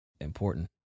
important